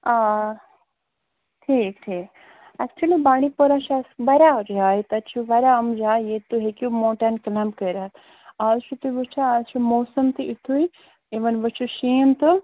آ ٹھیٖک ٹھیٖک ایکچُؤلی بانٛڈی پورہ چھِ اَسہِ واریاہ جاے تَتہِ چھِ واریاہ یِم جاے ییٚتہِ تُہۍ ہیٚکِو ماوٹین کٕلینٛمب کٔرِتھ اَز چھُ تُہۍ وُچھان اَز چھِ موسَم تہِ یِتھُے اِوٕن وۅنۍ چھِ شیٖن تہٕ